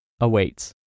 awaits